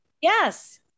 Yes